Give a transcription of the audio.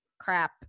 crap